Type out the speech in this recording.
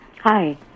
Hi